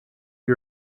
you